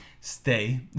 Stay